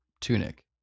Tunic